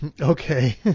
Okay